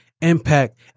Impact